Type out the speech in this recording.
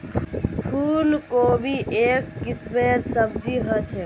फूल कोबी एक किस्मेर सब्जी ह छे